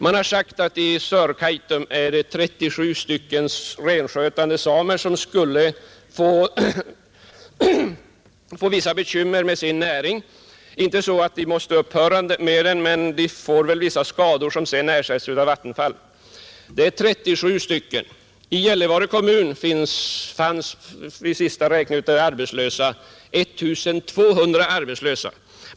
Man har sagt att det i Sörkaitum finns 37 renskötande samer som skulle få vissa bekymmer med sin näring, inte så att de måste upphöra med den men de får vissa skador som sedan ersättes av Vattenfall. Det är 37 stycken. I Gällivare kommun fanns vid den senaste räkningen av arbetslösa 1 200 arbetslösa.